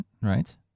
right